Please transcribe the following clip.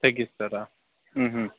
తగ్గిస్తారా